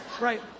Right